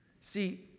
See